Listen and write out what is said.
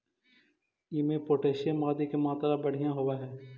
इमें पोटाशियम आदि के मात्रा बढ़िया होवऽ हई